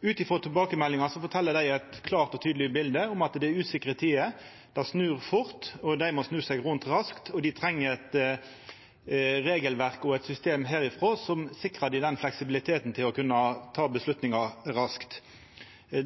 dei teiknar eit klart og tydeleg bilde av at det er usikre tider. Det snur fort, dei må snu seg rundt raskt, og dei treng eit regelverk og eit system frå oss som sikrar dei fleksibilitet til å kunna ta avgjerder raskt.